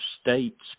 state's